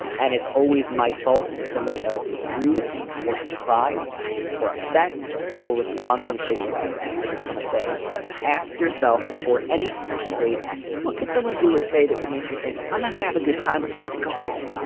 and it's always my fault if somebody else is rude or surprised or upset or responds in a shitty way. and i just want to say ask yourself before any potential dates what could someone do or say that would make me think i'm not gonna have a good time i'm going to go home.